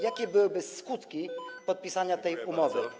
Jakie byłyby skutki podpisania tej umowy.